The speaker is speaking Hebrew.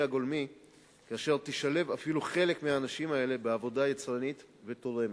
הגולמי כאשר תשלב אפילו חלק מהאנשים האלה בעבודה יצרנית ותורמת.